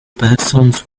persons